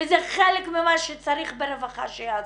וזה חלק ממה שצריך ברווחה שיעשו,